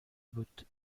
بود